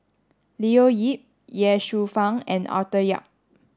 Leo Yip Ye Shufang and Arthur Yap